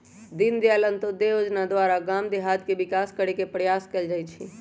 दीनदयाल अंत्योदय जोजना द्वारा गाम देहात के विकास करे के प्रयास कएल जाइ छइ